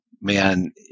man